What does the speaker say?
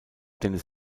dennis